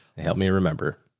help me remember.